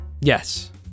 Yes